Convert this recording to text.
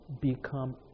become